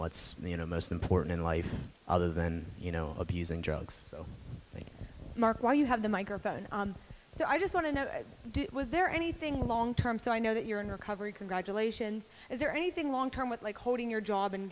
what's most important in life other than you know abusing drugs and mark while you have the microphone so i just want to know was there anything long term so i know that you're in recovery congratulation is there anything long term with like holding your job and